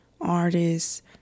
artists